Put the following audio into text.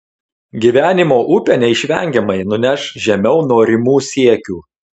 gyvenimo upė neišvengiamai nuneš žemiau norimų siekių